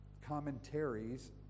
Commentaries